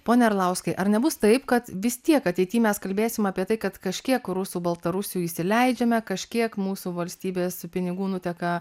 pone arlauskai ar nebus taip kad vis tiek ateity mes kalbėsime apie tai kad kažkiek rusų baltarusių įsileidžiame kažkiek mūsų valstybės pinigų nuteka